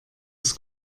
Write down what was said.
das